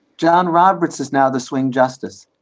john roberts is now the swing justice.